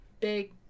big